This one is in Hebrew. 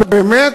באמת,